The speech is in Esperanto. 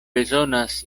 bezonas